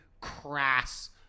crass